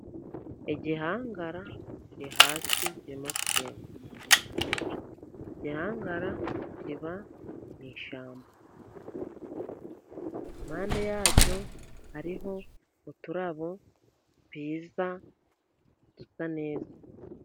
Igihangara kiri hasi kirimo kugenda. Igihangara kiba mu ishyamba, impande yacyo hariho uturabo twiza, dusa neza.